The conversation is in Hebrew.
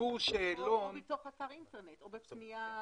או בתוך אתר אינטרנט, או בפנייה דיגיטלית.